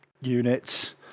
units